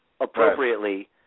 appropriately